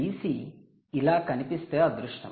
DC ఇలా కనిపిస్తే అదృష్టం